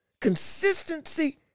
consistency